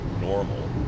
normal